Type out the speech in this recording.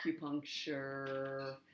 acupuncture